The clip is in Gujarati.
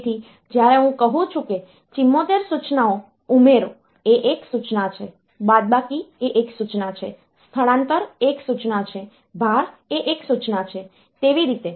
તેથી જ્યારે હું કહું છું કે 74 સૂચનાઓ ઉમેરો એ એક સૂચના છે બાદબાકી એ એક સૂચના છે સ્થળાંતર એક સૂચના છે ભાર એ એક સૂચના છે તેવી રીતે